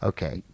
Okay